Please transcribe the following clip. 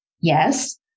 Yes